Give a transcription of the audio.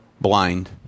blind